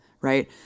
right